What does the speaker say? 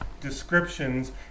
descriptions